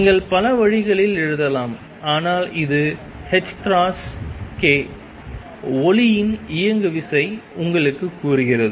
நீங்கள் பல வழிகளில் எழுதலாம் ஆனால் இது ℏk ஒளியின் இயங்குவிசை உங்களுக்குக் கூறுகிறது